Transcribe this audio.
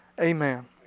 Amen